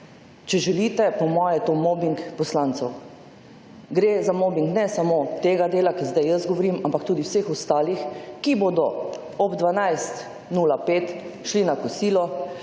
Če želite, po moje je to mobing poslancev. Gre za mobing ne samo tega dela, ki zdaj jaz govorim, ampak tudi vseh ostalih, ki bodo ob 12:05 šli na kosilo,